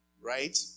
right